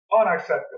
unacceptable